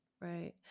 Right